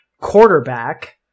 quarterback